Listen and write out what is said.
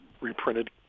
reprinted